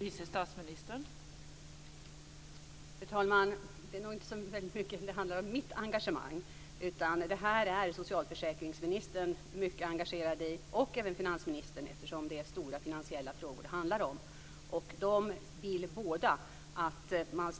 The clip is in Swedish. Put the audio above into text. Fru talman! Det är nog inte så väldigt mycket mitt engagemang det handlar om. Det här är socialförsäkringsministern mycket engagerad i - och även finansministern eftersom det är stora finansiella frågor det handlar om. De vill båda att man